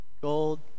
Gold